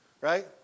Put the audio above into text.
right